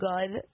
good